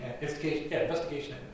investigation